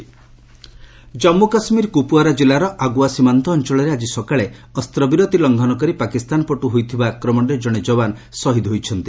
J and K କିଲ୍ଟ ଜାନ୍ମୁ କାଶ୍ମୀର କୁପୁଓ୍ୱାରା ଜିଲ୍ଲାର ଆଗୁଆ ସୀମାନ୍ତ ଅଞ୍ଚଳରେ ଆଜି ସକାଳେ ଅସ୍ତ୍ରବିରତି ଲଙ୍ଘନ କରି ପାକିସ୍ତାନ ପଟୁ ହୋଇଥିବା ଆକ୍ରମଣରେ ଜଣେ ଯବାନ ଶହିଦ ହୋଇଛନ୍ତି